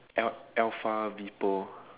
L alpha V poll